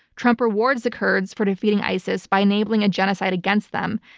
trump rewards the kurds for defeating isis by enabling a genocide against them,